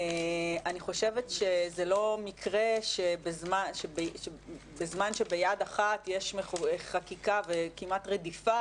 אני חושבת שזה לא מקרה שבזמן שביד אחת יש חקיקה וכמעט רדיפה,